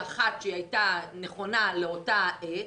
שהייתה נכונה לאותה עת,